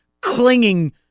clinging